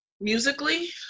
musically